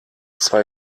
zwei